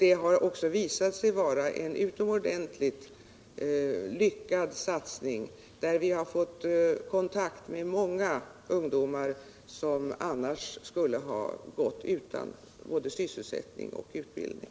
Det har även visat sig vara en utomordentligt lyckad satsning, där vi fått kontakt med många ungdomar som annars skulle ha gått utan både sysselsättning och utbildning.